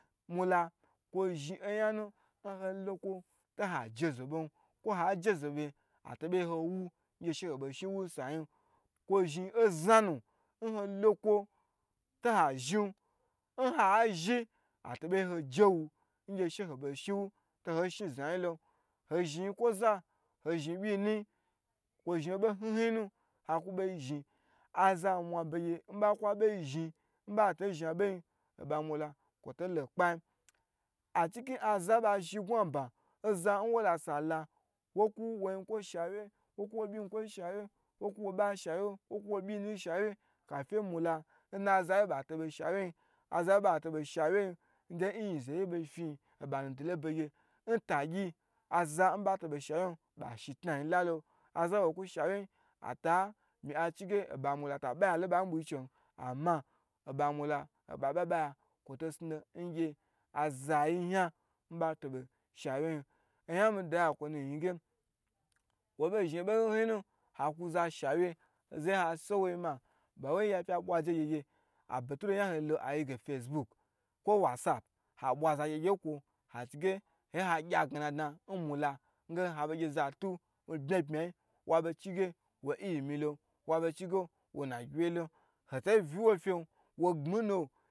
A kwo zhni oyanu nnaloko to aje ze kwo ha je ze be ato bo gye ho wu ngye she ho be shiwu yin ho zhi nyikwo obyi nuyi kwo zhini obo hn hn nu haku beyi zhni, aza mwa be gye nabaku beyi zhni, nhoi to zhni beyi oba mula kwo to lo n kpu yi achi kin aza a ba zhni ngnu aba oza wola sala wokuwo nyikwo shewyu, woka wo byin kwoyi shewyu kafin mula nna zayi aza nba to bo shawye yin n yinze ye yi fiyin nba na dulo nbegye ntagyi aza nba to bo shawyye nyin ba shi tnayin lalo aza ba bo ku shawye atami achiege nba mula ta baya lon nba bugyi chen ama oba mala ba ba ya kwo to snu lon ngye aza ba to bo shawye nyin oyan mida okwo nu nyi ge, kwo bo zhni bo hn hn nu haku za shawye nho ye ha so wo nyi ma, ba wai fya bwa je gyegye abeturu n nya ho lolo ayege facebok kwo watsap habwa za gye gye nkwo achige hoye ha gye agnana dna n namula nge habe gye za tu nbya bya yi ntuge wo ilimilo, ntuge wona gyiwye lo hoto viwo fen wogbni nao